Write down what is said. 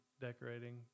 decorating